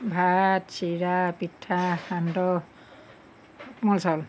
ভাত চিৰা পিঠা সান্দহ কোমল চাউল